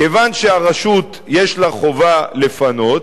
כיוון שהרשות, יש לה חובה לפנות,